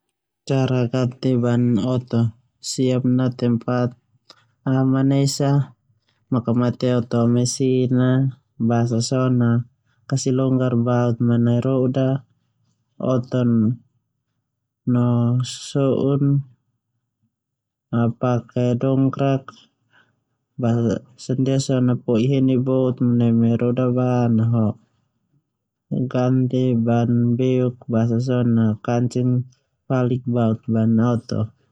Cara ganti ban oto, siap na tempat, anag mamanak aman esa, makamate oto a mesin a basa so na kasi longgar baut manai ban oto no so'u oto pake dongkrak, basa ndia so pode heni baut neme ban ho ho'i heni ban palak ho gati ban beuk neu, basa sona kancing falik baut ban oto.